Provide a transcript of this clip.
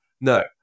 No